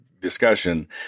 discussion